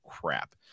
crap